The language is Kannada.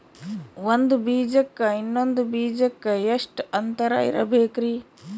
ಒಂದ್ ಬೀಜಕ್ಕ ಇನ್ನೊಂದು ಬೀಜಕ್ಕ ಎಷ್ಟ್ ಅಂತರ ಇರಬೇಕ್ರಿ?